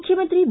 ಮುಖ್ಯಮಂತ್ರಿ ಬಿ